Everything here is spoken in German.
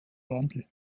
wandel